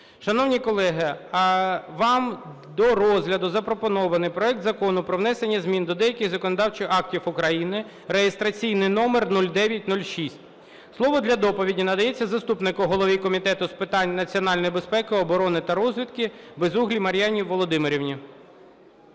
Шановні колеги, вам до розгляду запропонований проект Закону про внесення змін до деяких законодавчих актів України (реєстраційний номер 0906). Слово для доповіді надається заступнику голови Комітету з питань національної безпеки, оборони та розвідки Безуглій Мар'яні Володимирівні.